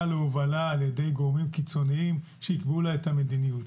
להובלה על ידי גורמים קיצוניים שיקבעו לה את המדיניות.